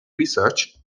research